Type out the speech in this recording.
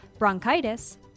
bronchitis